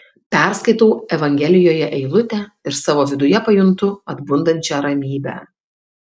perskaitau evangelijoje eilutę ir savo viduje pajuntu atbundančią ramybę